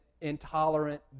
intolerant